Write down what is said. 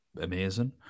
amazing